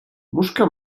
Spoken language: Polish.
muszka